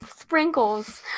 sprinkles